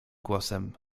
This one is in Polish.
głosem